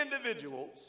individuals